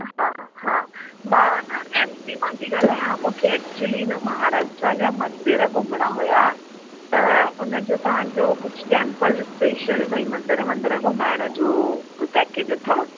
हा हा मां न एम पी मां थी ॻाल्हायां मूंखे एक्चुअली न महाराष्ट्र जा मंदर घुमणा हुया त उन जो तव्हां जो कुझु टैम्पल स्पेशल भई मंदर वंदर घुमाइण जो को पैकेज अथव